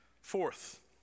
Fourth